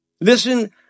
Listen